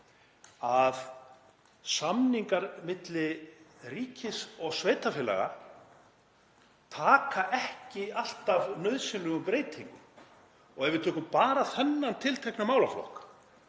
að samningar milli ríkis og sveitarfélaga taka ekki alltaf nauðsynlegum breytingum og ef við tökum bara þennan tiltekna málaflokk